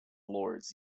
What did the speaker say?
lords